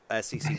SEC